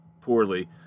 poorly